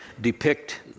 depict